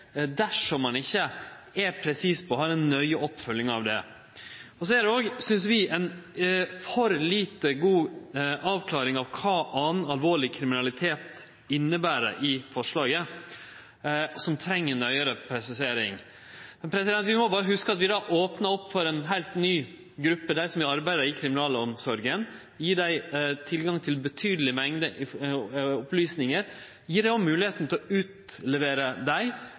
dersom ein ikkje er presis og har ei nøye oppfølging av det. Det er òg, synest vi, ei for lite god avklaring av kva «annen alvorlig kriminalitet» i forslaget inneber, det treng nøyare presisering. Vi må berre hugse på at vi då opnar opp for ei heilt ny gruppe, dei som arbeider i kriminalomsorga, og gjev dei tilgang til ei betydeleg mengd opplysningar. Vi gjev dei òg moglegheit til å utlevere dei,